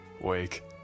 Wake